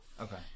okay